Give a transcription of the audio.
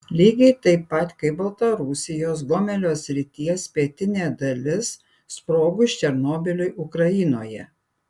lygiai taip pat kaip baltarusijos gomelio srities pietinė dalis sprogus černobyliui ukrainoje